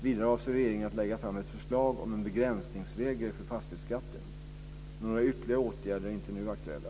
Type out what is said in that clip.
Vidare avser regeringen att lägga fram ett förslag om en begränsningsregel för fastighetsskatten. Några ytterligare åtgärder är inte aktuella.